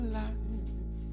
life